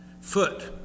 foot